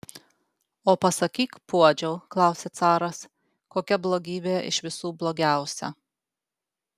o pasakyk puodžiau klausia caras kokia blogybė iš visų blogiausia